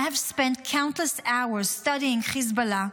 "I have spent countless hours studying Hezbollah,